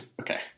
Okay